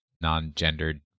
non-gendered